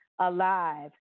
alive